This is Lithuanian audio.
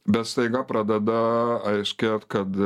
bet staiga pradeda aiškėt kad